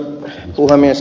kannatan ed